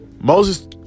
Moses